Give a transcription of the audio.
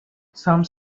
some